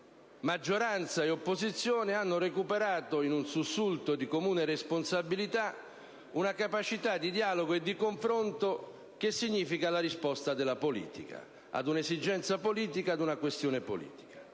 maggioranza e opposizione hanno recuperato, in un sussulto di comune responsabilità, una capacità di dialogo e confronto, che significa la risposta della politica ad un'esigenza politica e ad una questione politica.